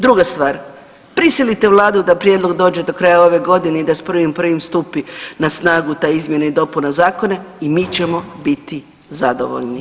Druga stvar, prisilite Vladu da prijedlog dođe do kraja ove godine i da s 1. 1. stupi na snagu ta izmjena i dopuna zakona i mi ćemo biti zadovoljni.